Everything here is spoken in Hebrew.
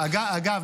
אגב,